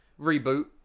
Reboot